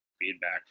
feedback